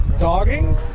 dogging